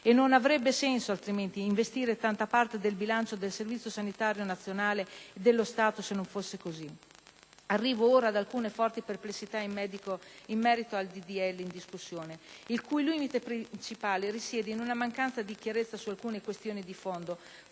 E non avrebbe senso altrimenti investire tanta parte del bilancio dello Stato nel Servizio sanitario nazionale, se così non fosse. Arrivo ora ad alcune forti perplessità in merito al disegno di legge in discussione, il cui limite principale risiede in una mancanza di chiarezza su alcune questioni di fondo,